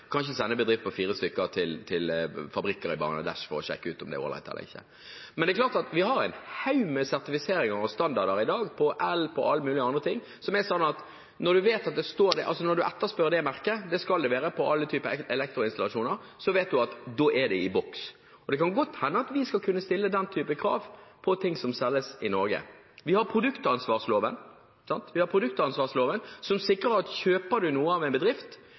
til fabrikker i Bangladesh for å sjekke ut om det er ålreit eller ikke. Men vi har en haug med sertifiseringer og standarder i dag, for el og for alle mulige andre ting, som er sånn at når man etterspør det merket – som det skal være på alle typer elektroinstallasjoner – da vet man at da er det i boks. Det kan godt hende at vi skal kunne stille den typen krav til ting som selges i Norge. Vi har produktansvarsloven, som sikrer at kjøper man noe av en bedrift,